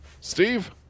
Steve